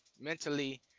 mentally